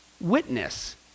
witness